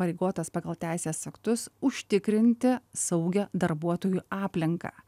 pareigotas pagal teisės aktus užtikrinti saugią darbuotojų aplinką